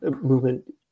movement